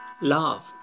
Love